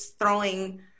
throwing